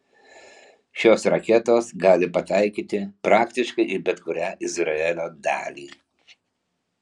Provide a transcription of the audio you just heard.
šios raketos gali pataikyti praktiškai į bet kurią izraelio dalį